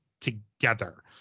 together